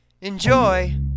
Enjoy